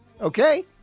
okay